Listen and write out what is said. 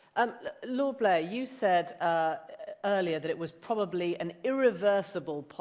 um like lord blair, you said earlier that it was probably an irreversible